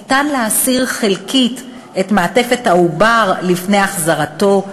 ניתן להסיר חלקית את מעטפת העובר לפני החזרתו,